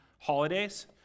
holidays